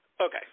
Okay